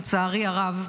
לצערי הרב.